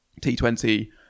t20